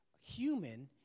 human